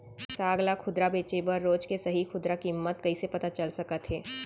साग ला खुदरा बेचे बर रोज के सही खुदरा किम्मत कइसे पता चल सकत हे?